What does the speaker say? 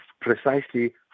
precisely